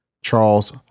Charles